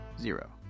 zero